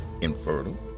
infertile